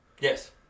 Yes